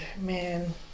man